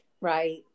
Right